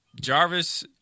Jarvis